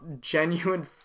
genuine